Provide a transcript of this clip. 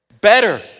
Better